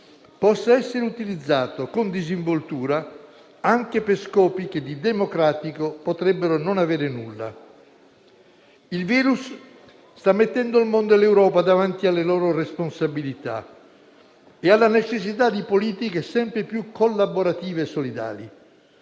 possa essere utilizzato con disinvoltura anche per scopi che di democratico potrebbero non avere nulla. Il virus sta mettendo il mondo e l'Europa davanti alle loro responsabilità e alla necessità di politiche sempre più collaborative e solidali.